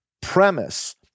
premise